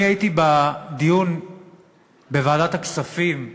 הייתי בדיון בוועדת הכספים,